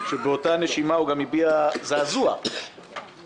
שבאותה נשימה הוא גם הביע זעזוע מהדברים